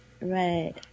Right